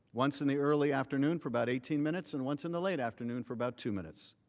once in the early afternoon for about eighteen minutes and once in the late afternoon for about two minutes.